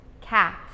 Cat